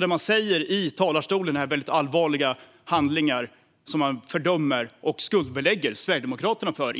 Det man säger i talarstolen om allvarliga handlingar som man fördömer och som man, indirekt eller direkt, skuldbelägger Sverigedemokraterna för